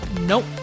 nope